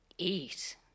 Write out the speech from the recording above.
Eat